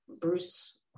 bruce